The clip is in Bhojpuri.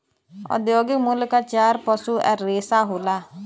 औद्योगिक मूल्य क चार पसू रेसा होला